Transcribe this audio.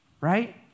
right